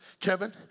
Kevin